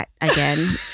again